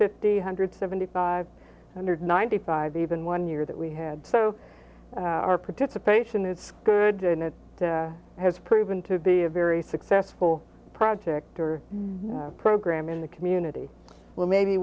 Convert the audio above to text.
hundred seventy five hundred ninety five even one year that we had so our participation it's good and it has proven to be a very successful project or program in the community well maybe